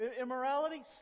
immorality